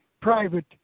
private